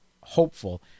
hopeful